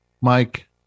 Mike